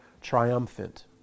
triumphant